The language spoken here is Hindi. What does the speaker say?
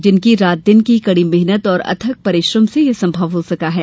जिनकी रात दिन की कड़ी मेहनत व अथक परिश्रम से यह संभव हो सका है